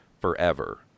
forever